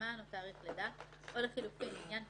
אימות